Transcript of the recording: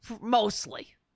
Mostly